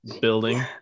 Building